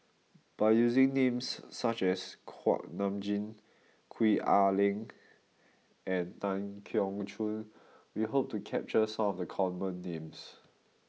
by using names such as Kuak Nam Jin Gwee Ah Leng and Tan Keong Choon we hope to capture some of the common names